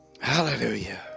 Hallelujah